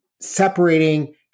separating